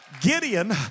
Gideon